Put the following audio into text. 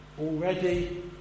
already